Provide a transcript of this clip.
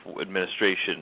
administration